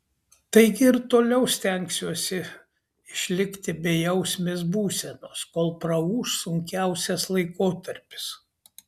taigi ir toliau stengsiuosi išlikti bejausmės būsenos kol praūš sunkiausias laikotarpis